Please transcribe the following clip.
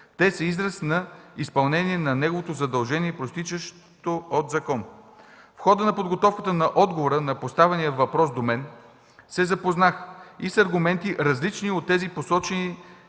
те са израз на изпълнение на неговото задължение, произтичащо от закон. В хода на подготовката на отговора на поставения въпрос до мен се запознах и с аргументи, различни от тези, посочени